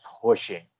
pushing